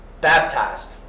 baptized